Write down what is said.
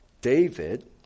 David